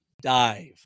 dive